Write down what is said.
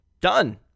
done